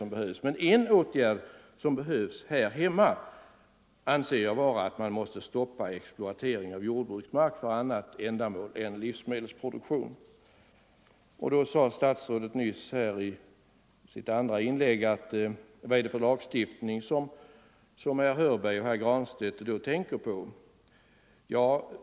Men en åtgärd som behövs här hemma anser jag vara att stoppa exploateringen av jordbruksmark för annat ändamål än livsmedelsproduktion. Statsrådet frågade i sitt andra inlägg vilken lagstiftning herr Hörberg och herr Granstedt tänkte på.